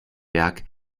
werk